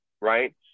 right